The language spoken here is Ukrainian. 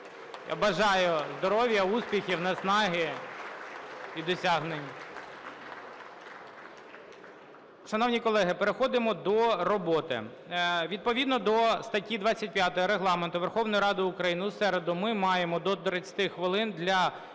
Бажаю здоров'я, успіхів, наснаги і досягнень. (Оплески) Шановні колеги, переходимо до роботи. Відповідно до статті 25 Регламенту Верховної Ради України у середу ми маємо до 30 хвилин для